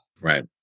Right